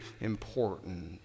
important